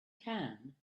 can